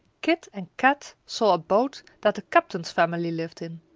kit and kat saw a boat that the captain's family lived in.